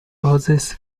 roses